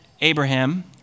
Abraham